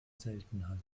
seltenheit